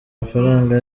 mafaranga